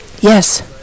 Yes